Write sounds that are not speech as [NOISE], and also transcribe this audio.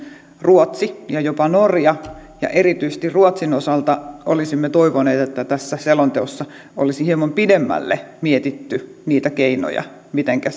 ruotsi ja jopa norja erityisesti ruotsin osalta olisimme toivoneet että tässä selonteossa olisi hieman pidemmälle mietitty niitä keinoja mitenkä [UNINTELLIGIBLE]